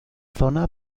zona